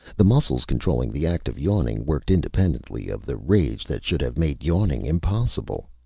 the muscles controlling the act of yawning worked independently of the rage that should have made yawning impossible.